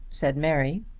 said mary.